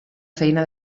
feina